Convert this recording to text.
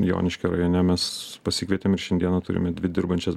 joniškio rajone mes pasikvietėm ir šiandieną turime dvi dirbančias